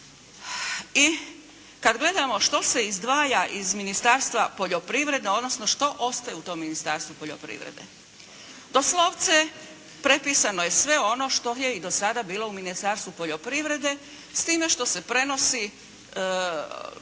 I kad gledamo šta se izdvaja iz Ministarstva poljoprivrede odnosno što ostaje u tom Ministarstvu poljoprivrede. Doslovce prepisano je sve ono što je i do sada bilo u Ministarstvu poljoprivrede s time što se prenosi